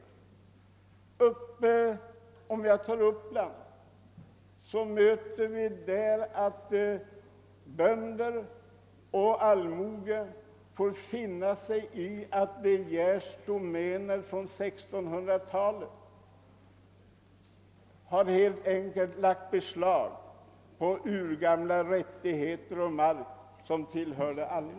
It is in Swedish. I Uppland — jag tar det som exempel — får bönder och allmoge finna sig i att man inom De Geers domäner från 1600-talet helt enkelt lagt beslag på urgamla rättigheter och på mark som tillhörde allmogen.